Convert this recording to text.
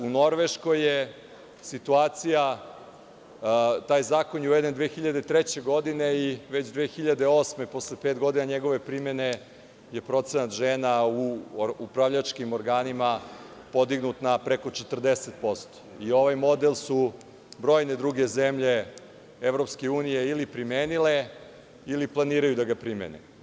U Norveškoj je situacija takva da je taj zakon uveden 2003. godine i već 2008. godine, posle pet godina njegove primene, je procenat žena u upravljačkim organima podignut na preko 40% i ovaj model su brojne druge zemlje EU ili primenile ili planiraju da ga primene.